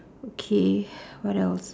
okay what else